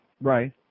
Right